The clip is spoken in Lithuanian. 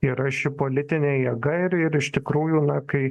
yra ši politinė jėga ir ir iš tikrųjų na kai